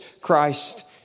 Christ